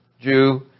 Jew